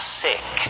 sick